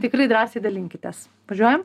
tikrai drąsiai dalinkitės važiuojam